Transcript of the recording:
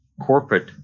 corporate